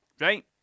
right